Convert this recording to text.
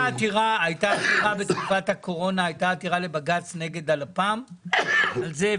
הייתה עתירה בתקופת הקורונה לבג"ץ נגד הלפ"ם על זה.